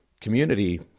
community